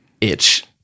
itch